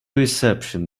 reception